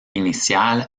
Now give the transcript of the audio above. inicial